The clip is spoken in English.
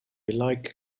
like